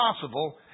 possible